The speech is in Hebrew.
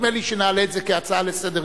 נדמה לי שנעלה את זה כהצעה לסדר-היום,